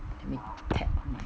let me tap my